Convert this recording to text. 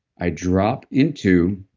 i drop into